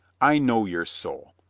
i know your soul.